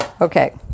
okay